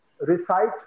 recite